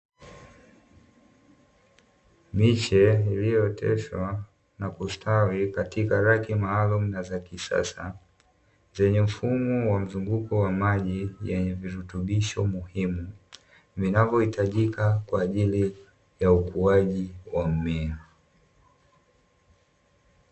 Miche iliyooteshwa na kustawi katika raki maalumu na za kisasa, zenye mfumo wa mzunguko wa maji yenye virutubisho muhimu, vinavyohitajika kwa ajili ya ukuaji wa mmea.